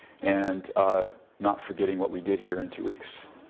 and not forgetting what we did here in two weeks,